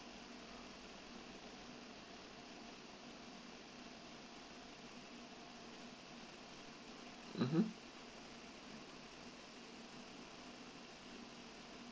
mmhmm